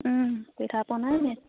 পিঠা পনাই মেইন